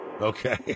Okay